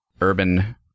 urban